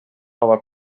nova